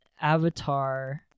Avatar